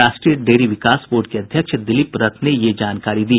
राष्ट्रीय डेयरी विकास बोर्ड के अध्यक्ष दिलिप रथ ने यह जानकारी दी